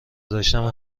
داشتم